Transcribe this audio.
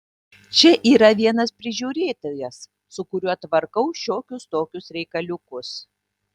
čia yra vienas prižiūrėtojas su kuriuo tvarkau šiokius tokius reikaliukus